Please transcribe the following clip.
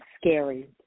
scary